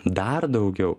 dar daugiau